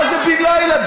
מה זה בן לילה?